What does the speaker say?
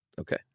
Okay